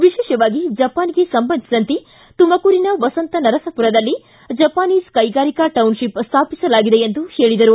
ವಿಶೇಷವಾಗಿ ಜಪಾನ್ಗೆ ಸಂಬಂಧಿಸಿದಂತೆ ತುಮಕೂರಿನ ವಸಂತನರಸಪುರದಲ್ಲಿ ಜಪಾನೀಸ್ ಕೈಗಾರಿಕಾ ಟೌನ್ಶಿಪ್ ಸ್ಟಾಪಿಸಲಾಗಿದೆ ಎಂದು ಹೇಳಿದರು